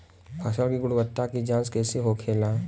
फसल की गुणवत्ता की जांच कैसे होखेला?